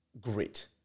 grit